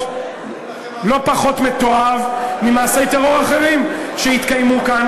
לא פחות מתועב ממעשי טרור אחרים שהתקיימו כאן.